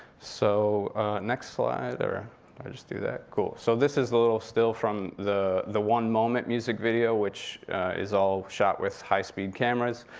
so next slide, or i just do that, cool. so this is a little still from the the one moment music video, which is all shot with high-speed cameras.